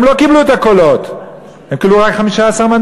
הם לא קיבלו את הקולות, הם קיבלו רק 15 מנדטים.